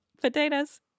Potatoes